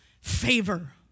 favor